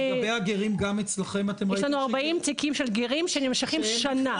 יש לנו ארבעים תיקים של גרים שנמשכים שנה.